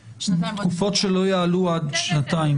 תקופות שלא יעלו עד שנתיים.